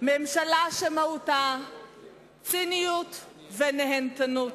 ממשלה שמהותה ציניות ונהנתנות,